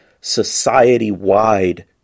society-wide